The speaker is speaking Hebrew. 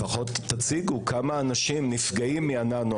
לפחות תציגו כמה אנשים נפגעים מהננו הזה.